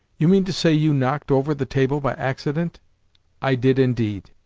you mean to say you knocked over the table by accident i did indeed.